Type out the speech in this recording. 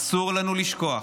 אסור לנו לשכוח.